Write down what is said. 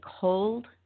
cold